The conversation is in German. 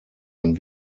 ein